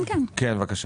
כן, בבקשה.